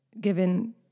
given